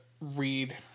read